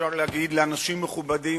אפשר להגיד לאנשים מכובדים: